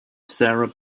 sarah